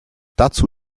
dazu